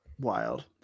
Wild